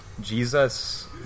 Jesus